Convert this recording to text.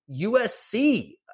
USC